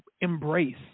embrace